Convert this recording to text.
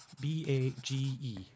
B-A-G-E